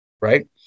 right